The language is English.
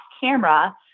camera